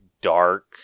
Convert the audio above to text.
dark